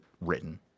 written